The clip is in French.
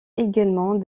également